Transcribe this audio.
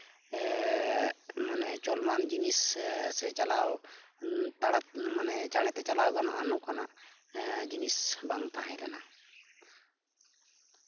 ᱢᱟᱱᱮ ᱪᱚᱞᱚᱢᱟᱱ ᱡᱤᱱᱤᱥ ᱥᱮ ᱪᱟᱞᱟᱣ ᱛᱟᱲᱟ ᱢᱟᱱᱮ ᱪᱟᱬᱮᱛᱮ ᱪᱟᱞᱟᱣ ᱜᱟᱱᱚᱜᱼᱟ ᱱᱚᱝᱠᱟᱱᱟᱜ ᱡᱤᱱᱤᱥ ᱵᱟᱝ ᱛᱟᱦᱮᱸᱞᱮᱱᱟ